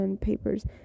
papers